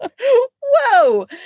whoa